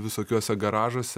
visokiuose garažuose